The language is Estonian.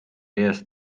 ees